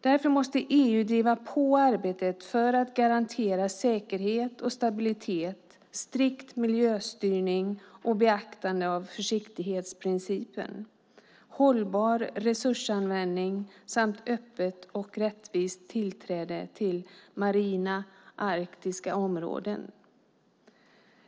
EU måste driva på arbetet för att garantera säkerhet och stabilitet, strikt miljöstyrning och beaktande av försiktighetsprincipen, hållbar resursanvändning samt öppet och rättvist tillträde till marina arktiska områden.